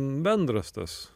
bendras tas